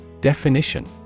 Definition